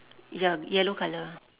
ya yellow colour